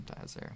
sanitizer